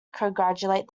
congratulate